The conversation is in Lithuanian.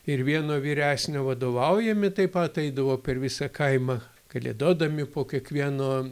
ir vieno vyresnio vadovaujami taip pat eidavo per visą kaimą kalėdodami po kiekvieno